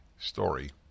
story